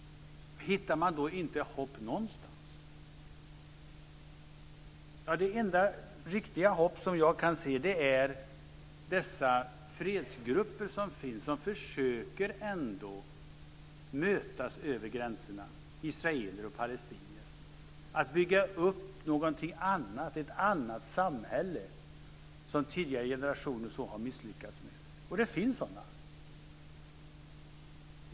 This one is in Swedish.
Hittar man då inget hopp någonstans? Det enda riktiga hopp som jag kan se är de fredsgrupper som finns och som ändå försöker mötas över gränserna, israeler och palestinier, och bygga upp något annat, ett annat samhälle, något som tidigare generationer så har misslyckats med. Det finns sådana grupper.